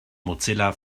mozilla